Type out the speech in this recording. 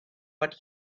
what